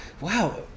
Wow